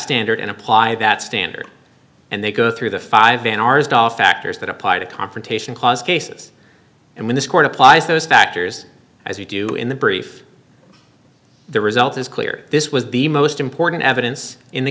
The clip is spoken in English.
standard and apply that standard and they go through the five van arsdale factors that apply to confrontation clause cases and when this court applies those factors as you do in the brief the result is clear this was the most important evidence in the